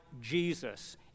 Jesus